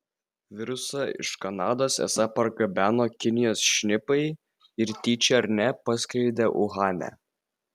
virusą iš kanados esą pargabeno kinijos šnipai ir tyčia ar ne paskleidė uhane